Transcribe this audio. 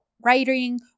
writing